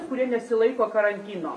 kurie nesilaiko karantino